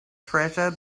treasure